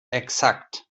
exakt